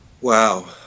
Wow